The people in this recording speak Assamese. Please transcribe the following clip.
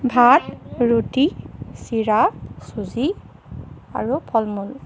ভাত ৰুটি চিৰা চুজি আৰু ফল মূল